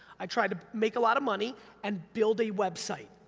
i tried to make a lot of money and build a website.